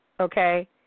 Okay